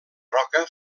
roca